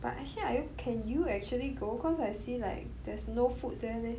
but actually are you can you actually go cause I see like there's no food there leh